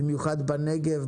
במיוחד בנגב,